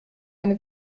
eine